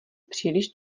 příliš